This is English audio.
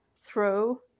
throw